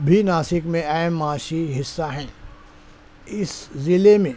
بھی ناسک میں اہم معاشی حصہ ہیں اس ضلع میں